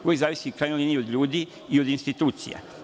Uvek zavisi u krajnjoj liniji od ljudi i od institucija.